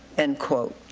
end quote.